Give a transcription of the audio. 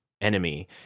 Enemy